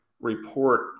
report